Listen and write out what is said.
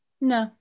No